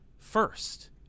First